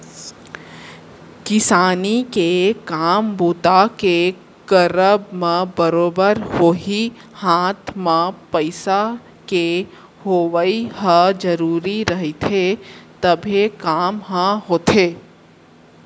किसानी के काम बूता के करब म बरोबर होही हात म पइसा के होवइ ह जरुरी रहिथे तभे काम ह होथे